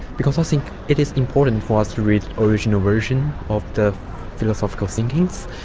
because i think it is important for us to read original version of the philosophical thinkings.